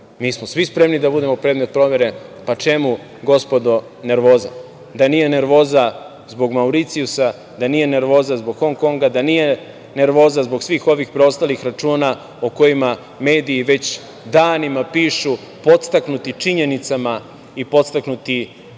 da smo mi svi spremni da budemo predmet provere, čemu gospodo nervoza? Da nije nervoza zbog Mauricijusa, da nije nervoza zbog Hon Konga, da nije nervoza zbog svih ovih preostalih računa o kojima mediji danima pišu, podstaknuti činjenicama i podstaknuti